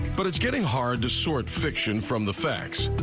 but it's getting hard to sort fiction from the facts,